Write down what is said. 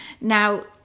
Now